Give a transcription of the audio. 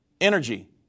energy